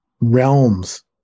realms